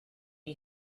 you